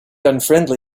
unfriendly